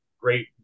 great